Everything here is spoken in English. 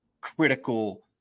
critical